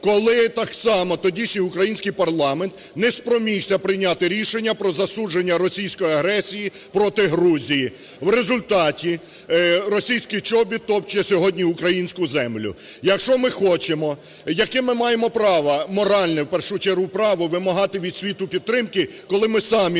коли так само, тодішній український парламент, не спромігся прийняти рішення про засудження російської агресії проти Грузії. В результаті російський чобіт топче сьогодні українську землю. Якщо ми хочемо, яке ми маємо право, моральне в першу чергу право, вимагати від світу підтримки, коли ми самі